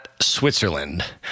Switzerland